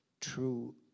true